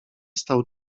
stał